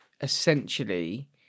essentially